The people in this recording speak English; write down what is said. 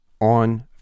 on